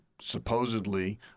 supposedly